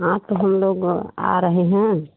हाँ तो हम लोग आ रहे हैं